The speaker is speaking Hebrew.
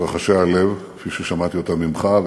את רחשי הלב כפי ששמעתי אותם ממך,